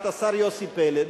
את השר יוסי פלד,